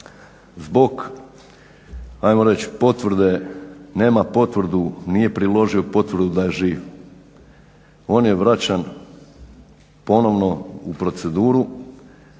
reći potvrde, nema potvrdu, nije priložio potvrdu da je živ on je vraćan ponovno u proceduru